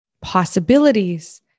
possibilities